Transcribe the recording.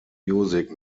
music